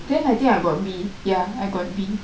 then I think I got B ya I got B